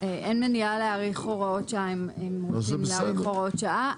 אין מניעה להאריך הוראות שעה אם רוצים להאריך הוראות שעה.